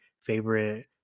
favorite